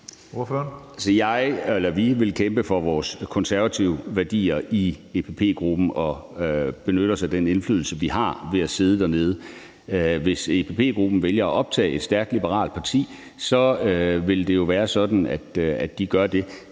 Vi vil kæmpe for vores konservative værdier i EPP-gruppen og benytte os af den indflydelse, vi har ved at sidde dernede. Hvis EPP-gruppen vælger at optage et stærkt liberalt parti, vil det jo være sådan, at de gør det.